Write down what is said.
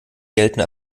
gelten